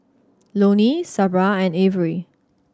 Loney Sabra and Averie